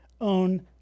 own